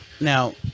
Now